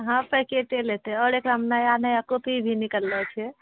हँ पैकेटे लेतै आओर एकरामे नया नया कॉपी भी निकलए छै